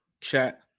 Chat